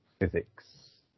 physics